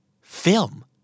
Film